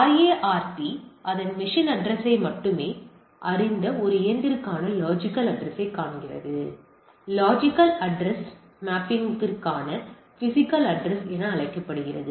RARP அதன் machine அட்ரஸ்யை மட்டுமே அறிந்த ஒரு இயந்திரத்திற்கான லொஜிக்கல் அட்ரஸ்யைக் காண்கிறது இது லொஜிக்கல் அட்ரஸ் மேப்பிங்கிற்கான பிஸிக்கல் அட்ரஸ் என அழைக்கப்படுகிறது